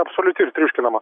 absoliuti ir triuškinama